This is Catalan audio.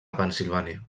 pennsilvània